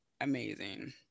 amazing